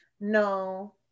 No